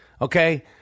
Okay